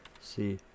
see